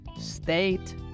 State